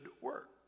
work